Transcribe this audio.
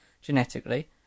genetically